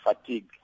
fatigue